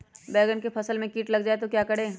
बैंगन की फसल में कीट लग जाए तो क्या करें?